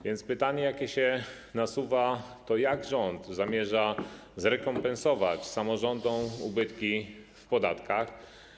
Więc pytanie, jakie się nasuwa, to jak rząd zamierza zrekompensować samorządom ubytki w podatkach.